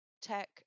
tech